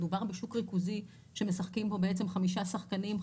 מדובר בשוק ריכוזי שמשחקים בו חמישה שחקנים,